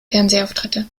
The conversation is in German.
fernsehauftritte